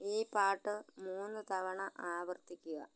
ഈ പാട്ട് മൂന്ന് തവണ ആവർത്തിക്കുക